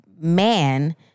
man